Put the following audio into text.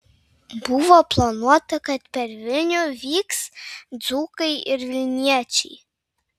buvo planuota kad per vilnių vyks dzūkai ir vilniečiai